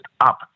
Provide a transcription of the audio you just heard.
up